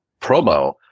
promo